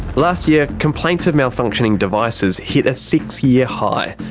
last year, complaints of malfunctioning devices hit a six-year high.